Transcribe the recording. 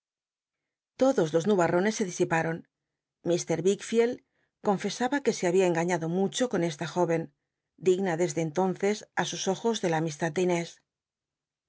todos los nubarrones se disiparon mr wickfield confesaba que se babia engañado mucho con esta jóven digna desde entonces n sus ojos de la amistad de inés